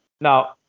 Now